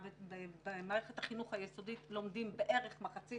במערכת החינוך היסודית לומדים בערך מחצית,